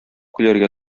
көләргә